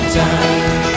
time